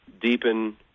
deepen